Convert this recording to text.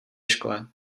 škole